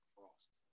Frost